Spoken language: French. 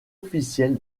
officiel